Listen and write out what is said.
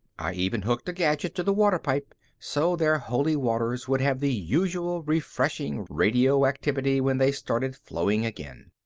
i even hooked a gadget to the water pipe so their holy waters would have the usual refreshing radioactivity when they started flowing again.